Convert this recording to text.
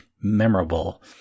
memorable